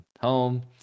home